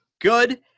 good